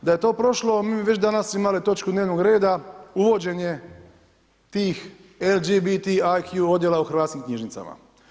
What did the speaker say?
Da je to prošlo, mi bi već imali točku dnevnog reda uvođenje tih LGBT IQ odjela u hrvatskim knjižnicama.